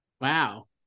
Wow